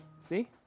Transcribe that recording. See